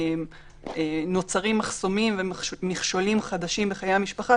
נוצרים מחסומים ומכשולים חדשים בחיי המשפחה,